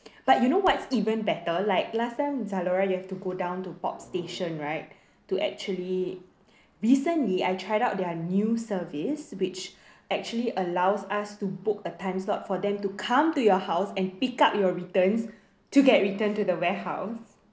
but you know what's even better like last time Zalora you have to go down to Pop Station right to actually recently I tried out their new service which actually allows us to book a time slot for them to come to your house and pick up your returns to get returned to the warehouse